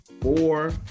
four